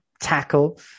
tackle